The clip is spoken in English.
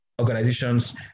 organizations